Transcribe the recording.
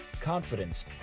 confidence